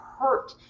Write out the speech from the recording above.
hurt